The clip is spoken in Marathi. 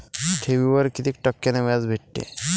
ठेवीवर कितीक टक्क्यान व्याज भेटते?